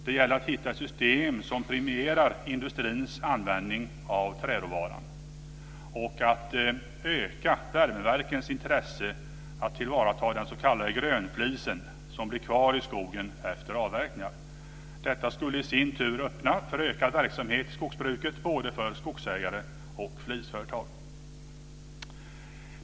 Det gäller att hitta system som premierar industrins användning av träråvaran och att öka värmeverkens intresse för att tillvarata den s.k. grönflisen, som blir kvar i skogen efter avverkningar. Detta skulle i sin tur öppna för en ökad verksamhet i skogsbruket, både för skogsägare och flisföretag.